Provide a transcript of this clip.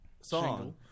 song